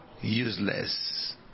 useless